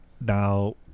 Now